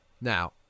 Now